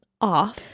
off